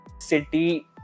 City